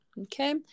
okay